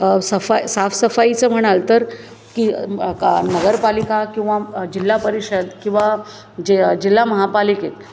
सफाई साफसफाईचं म्हणाल तर की का नगरपालिका किंवा जिल्हा परिषद किंवा जिल्हा महापालिकेत